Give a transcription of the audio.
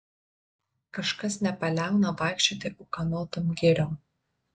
kažkas nepaliauna vaikščioti ūkanotom giriom